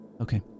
Okay